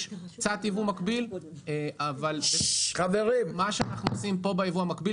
יש קצת יבוא מקביל אבל מה שאנחנו עושים כאן ביבוא המקביל